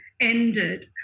ended